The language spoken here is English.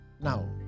now